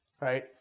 right